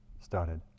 started